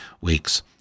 weeks